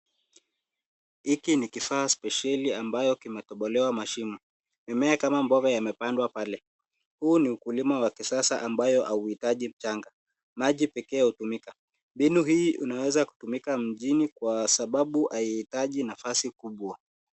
Hiki ni kifaa spesheli ambayo kimetobolewa mashimo. Mimea kama mboga yamepandwa pale. Huu ni ukulima wa kisasa ambayo hauhitaji mchanga, maji pekee hutumika. Mbinu hii inaweza kutumika mjini kwa sababu haihitaji nafasi kubwa.